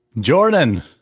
Jordan